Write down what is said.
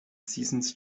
seasons